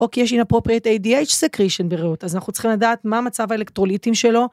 או כי יש inappropriate ADH secretion בריאות, אז אנחנו צריכים לדעת מה המצב האלקטרוליטים שלו.